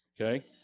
Okay